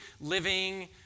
living